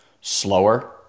slower